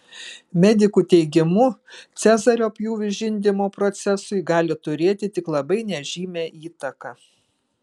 medikų teigimu cezario pjūvis žindymo procesui gali turėti tik labai nežymią įtaką